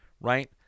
right